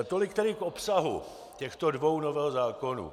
Tolik tedy k obsahu těchto dvou novel zákonů.